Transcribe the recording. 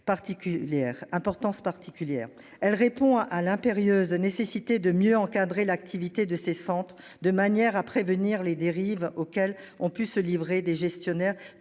importance particulière. Elle répond à à l'impérieuse nécessité de mieux encadrer l'activité de ces centres de manière à prévenir les dérives auxquelles ont pu se livrer des gestionnaires